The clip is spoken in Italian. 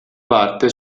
parte